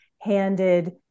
Handed